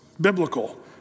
Biblical